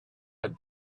had